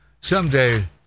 Someday